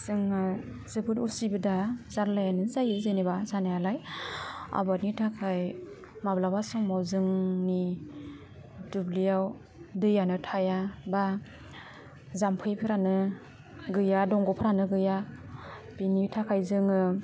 जोंहा जोबोद असुबिदा जारलायानो जायो जेनेबा जानायालाइ आबादनि थाखाइ माब्लाबा समाव जोंनि दिब्लियाव दैयानो थाया बा जाम्फैफ्रानो गैया दंग'फ्रानो गैया बिनि थाखाइ जोङो